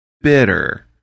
bitter